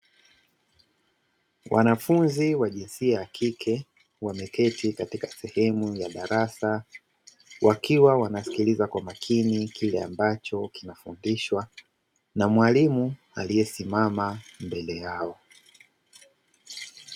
Wanafunzi wa jinsia ya kike wameketi katika sehemu ya darasa, wakiwa wanasikiliza kwa makini kile ambacho kinafundishwa na mwalimu aliyesimama mbele yao.